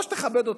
או שתכבד אותי.